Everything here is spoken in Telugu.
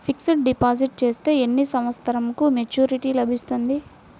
ఫిక్స్డ్ డిపాజిట్ చేస్తే ఎన్ని సంవత్సరంకు మెచూరిటీ లభిస్తుంది?